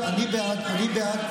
בעד, אני בעד.